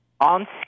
on